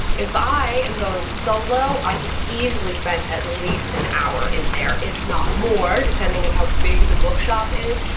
if i am going solo i can easily spend at least an hour in there if not more depending on and how big the bookshop is.